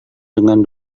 dengan